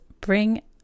bring